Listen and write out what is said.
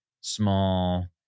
small